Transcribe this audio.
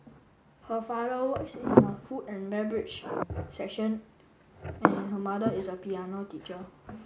her father works in the food and beverage section and her mother is a piano teacher